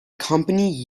company